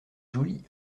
jolie